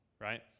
right